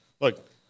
look